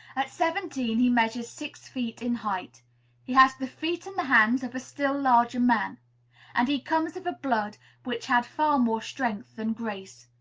at seventeen he measures six feet in height he has the feet and the hands of a still larger man and he comes of a blood which had far more strength than grace.